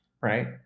right